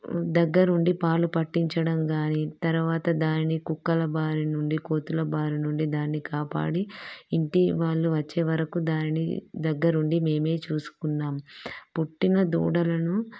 దగ్గరుండి పాలు పట్టించడం కాని తరువాత దానిని కుక్కల బారి నుండి కోతుల బారి నుండి దాన్ని కాపాడి ఇంటి వాళ్ళు వచ్చేవరకు దాన్ని దగ్గరుండి మేమే చూసుకున్నాం పుట్టిన దూడలను